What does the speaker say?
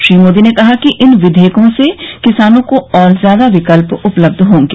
श्री मोदी ने कहा कि इन विधेयकों से किसानों को और ज्यादा विकल्प उपलब्ध होंगे